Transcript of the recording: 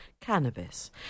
cannabis